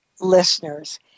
listeners